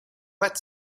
wet